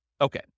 Okay